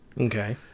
Okay